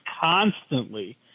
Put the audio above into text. constantly